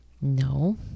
No